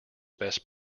best